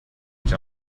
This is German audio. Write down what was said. mich